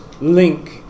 link